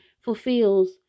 fulfills